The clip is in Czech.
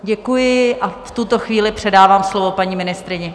Děkuji a v tuto chvíli předávám slovo paní ministryni.